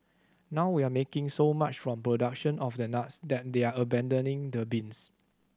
now we're making so much from production of the nuts that they're abandoning the beans